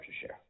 share